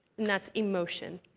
that's emotion.